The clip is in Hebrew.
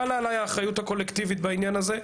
חלה עליי האחריות הקולקטיבית בעניין הזה,